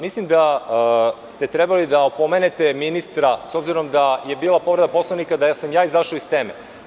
Mislim da ste trebali da opomenete ministra, s obzirom da je bila povreda Poslovnika, da sam ja izašao iz teme.